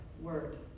word